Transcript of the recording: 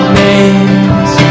names